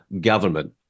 government